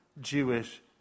Jewish